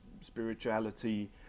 spirituality